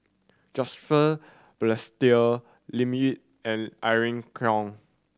Joseph Balestier Lim Yau and Irene Khong